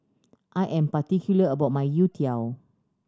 I am particular about my Youtiao